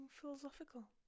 philosophical